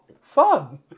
fun